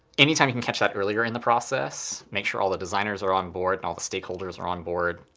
anytime you can catch that earlier in the process, make sure all the designers are on board, and all the stakeholders are on board,